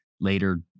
later